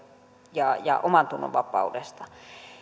ja ja omantunnonvapaudesta